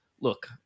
Look